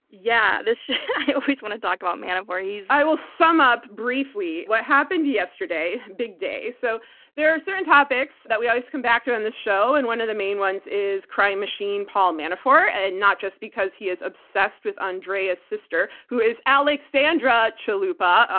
yeah yeah. i always want to talk about manafort. i will sum up briefly what happened yesterday, big day. so there are certain topics that we always come back to on this show and one of the main ones is crying machine, paul manafort, and not just because he is obsessed with andrea's sister who is alexandra chalupa,